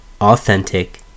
Authentic